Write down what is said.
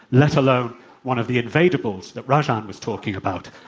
let alone one of the invadables that rajan was talking about,